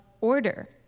order